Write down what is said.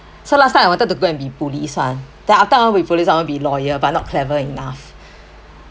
so last time I wanted to go and be police [one] then after I want to be police I want to be lawyer but not clever enough